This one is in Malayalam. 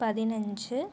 പതിനഞ്ച്